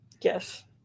yes